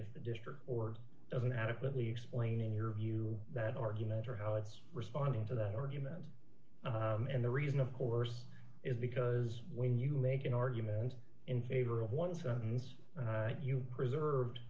if the district or doesn't adequately explain in your view that argument or how it's responding to that argument and the reason of course is because when you make an argument in favor of one sentence you preserved